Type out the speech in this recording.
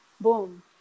boom